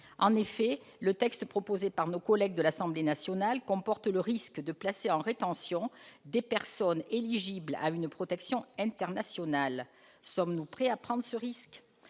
En effet, le texte proposé par nos collègues de l'Assemblée nationale comporte le risque de placer en rétention des personnes éligibles à une protection internationale. Sommes-nous prêts à prendre ce risque ?